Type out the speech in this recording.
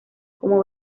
como